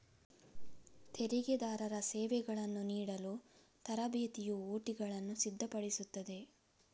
ತೆರಿಗೆದಾರರ ಸೇವೆಗಳನ್ನು ನೀಡಲು ತರಬೇತಿಯು ಒ.ಟಿಗಳನ್ನು ಸಿದ್ಧಪಡಿಸುತ್ತದೆ